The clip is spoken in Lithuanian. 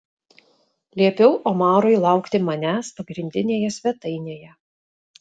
liepiau omarui laukti manęs pagrindinėje svetainėje